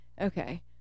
Okay